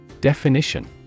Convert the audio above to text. Definition